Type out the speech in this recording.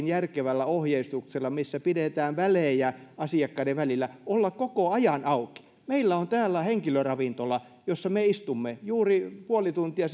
järkevällä ohjeistuksella missä pidetään välejä asiakkaiden välillä olla koko ajan auki meillä on täällä henkilöstöravintola jossa me istumme juuri puoli tuntia